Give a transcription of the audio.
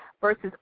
versus